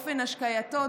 אופן השקייתו,